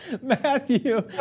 Matthew